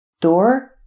Door